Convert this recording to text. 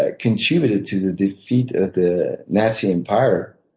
ah contributed to the defeat of the nazi empire.